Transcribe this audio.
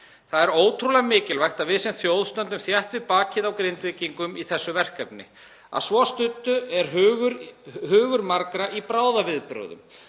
Það er ótrúlega mikilvægt að við sem þjóð stöndum þétt við bakið á Grindvíkingum í þessu verkefni. Að svo stöddu er hugur margra í bráðaviðbrögðum